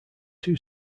two